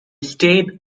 stayed